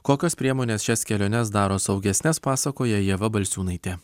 kokios priemonės šias keliones daro saugesnes pasakoja ieva balčiūnaitė